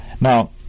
Now